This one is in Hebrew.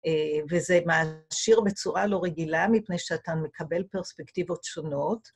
וזה מעשיר בצורה לא רגילה, מפני שאתה מקבל פרספקטיבות שונות.